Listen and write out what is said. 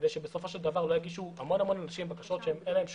כדי שלא יגישו המון אנשים בקשות שאין להן ייעוד,